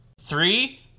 three